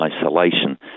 isolation